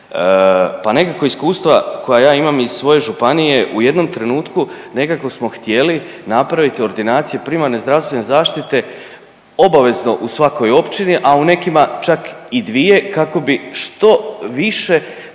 pa nekako iskustva koja ja imam iz svoje županije u jednom trenutku nekako smo htjeli napraviti ordinacije primarne zdravstvene zaštite obavezno u svakoj općini, a u nekima čak i dvije kako bi što više